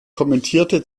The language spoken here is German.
kommentierte